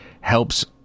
helps